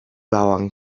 bauern